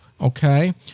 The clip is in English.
okay